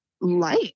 light